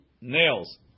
nails